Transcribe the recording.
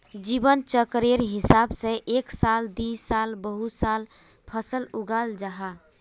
जीवन चक्रेर हिसाब से एक साला दिसाला बहु साला फसल उगाल जाहा